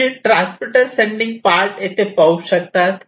तुम्ही transmitter sending part येथे पाहू शकतात